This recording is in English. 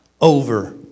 over